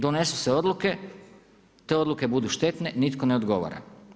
Donesu se odluke, te odluke budu štetne, nitko ne odgovara.